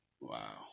Wow